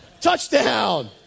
touchdown